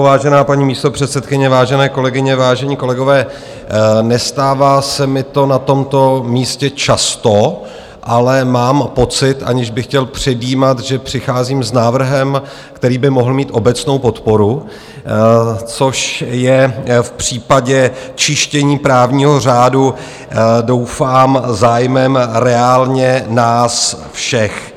Vážená paní místopředsedkyně, vážené kolegyně, vážení kolegové, nestává se mi to na tomto místě často, ale mám pocit, aniž bych chtěl předjímat, že přicházím s návrhem, který by mohl mít obecnou podporu, což je v případě čištění právního řádu doufám zájmem reálně nás všech.